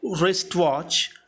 wristwatch